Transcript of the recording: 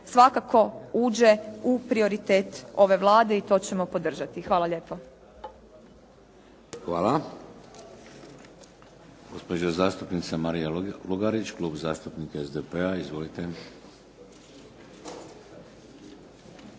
svakako uđe u prioritet ove Vlade i to ćemo podržati. Hvala lijepo. **Šeks,